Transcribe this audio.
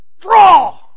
Draw